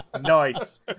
nice